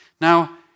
Now